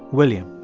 william.